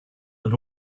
and